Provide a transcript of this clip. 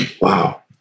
Wow